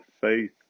faith